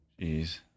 Jeez